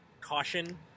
caution